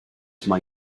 mae